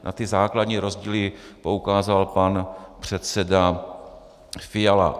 Na ty základní rozdíly poukázal pan předseda Fiala.